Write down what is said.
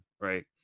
right